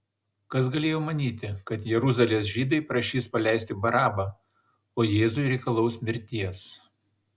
kas galėjo manyti kad jeruzalės žydai prašys paleisti barabą o jėzui reikalaus mirties